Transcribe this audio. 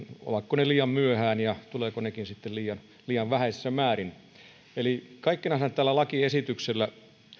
ovatko ne liian myöhään ja tulevatko nekin sitten liian liian vähäisissä määrin kaikkiaanhan tällä lakiesityksellä